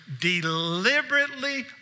deliberately